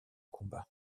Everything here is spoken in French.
combat